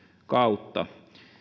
kautta